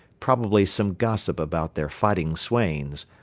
probably some gossip about their fighting swains,